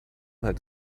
had